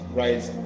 rise